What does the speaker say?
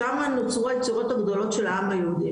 שמה נוצרו היצירות הגדולות של העם היהודי,